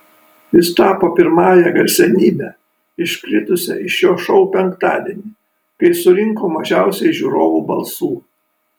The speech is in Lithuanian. jis tapo pirmąja garsenybe iškritusia iš šio šou penktadienį kai surinko mažiausiai žiūrovų balsų